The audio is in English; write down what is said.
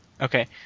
Okay